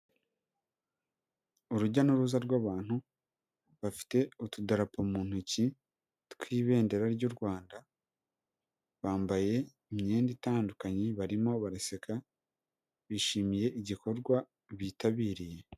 Urujya n'uruza rw'abantu bafite utudarapo mu ntoki tw'ibendera ry'u Rwanda, bambaye imyenda itandukanye, barimo baraseka bishimiye igikorwa bitabiriye.